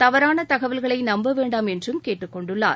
தவறான தகவல்களை நம்பவேண்டாம் என்றும் கேட்டுக் கொண்டார்